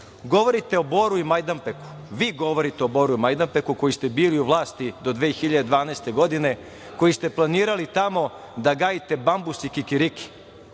niste. Govorite o Boru i Majdanpeku, vi govorite o Boru i Majdanpeku, koji ste bili u vlasti do 2012. godine, koji ste planirali tamo da gajite bambus i kikiriki.